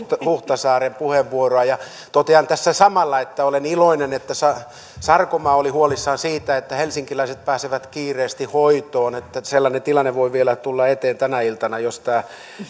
huhtasaaren puheenvuoroa totean tässä samalla että olen iloinen että sarkomaa oli huolissaan siitä että helsinkiläiset pääsevät kiireesti hoitoon sellainen tilanne voi vielä tulla eteen tänä iltana jos tämä